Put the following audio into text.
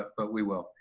but we will.